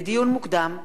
לדיון מוקדם: